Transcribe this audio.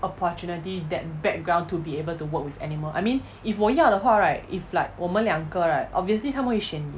opportunity that background to be able to work with animal I mean if 我要的话 right if like 我们两个 right obviously 他们会选你